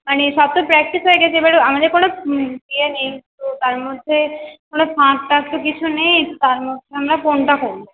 মানে সব তো প্র্যাকটিস হয়ে গেছে এবার আমাদের কোনো ইয়ে নেই তো তার মধ্যে কোনো ফাঁক টাঁক তো কিছু নেই তো তার মধ্যে আমরা কোনটা করব